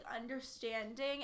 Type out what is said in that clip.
understanding